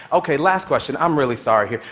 ok, last question, i'm really sorry here.